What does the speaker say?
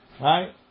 Right